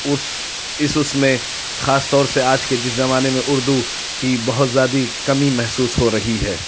اس اس اس میں خاص طور سے آج کے جس زمانے میں اردو کی بہت زیادہ کمی محسوس ہو رہی ہے